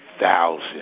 thousands